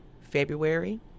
February